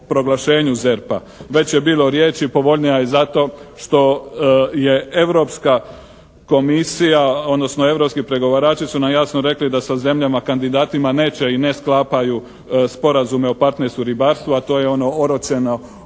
proglašenju ZERP-a. Već je bilo riječi povoljnija je zato što je europska komisija, odnosno europski pregovarači su nam jasno rekli da sa zemljama kandidatima neće i ne sklapaju sporazume o partnerstvu u ribarstvo, a to je ono oročeno, oročeni